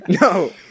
No